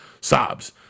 Sobs